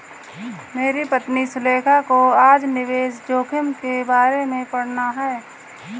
मेरी पत्नी सुलेखा को आज निवेश जोखिम के बारे में पढ़ना है